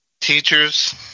teachers